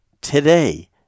today